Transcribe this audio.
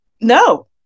No